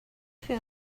think